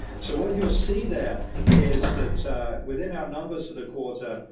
so what you'll see there is that within our numbers for the quarter,